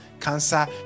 cancer